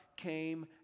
came